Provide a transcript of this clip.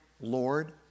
Lord